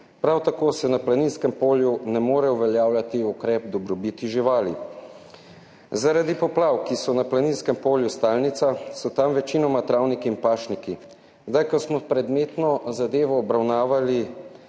Prav tako se na Planinskem polju ne more uveljavljati ukrep dobrobiti živali. Zaradi poplav, ki so na Planinskem polju stalnica, so tam večinoma travniki in pašniki. Zdaj, ko smo predmetno zadevo obravnavali